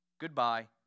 goodbye